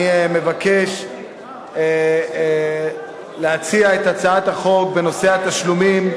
אני מבקש להציע את הצעת החוק בנושא התשלומים,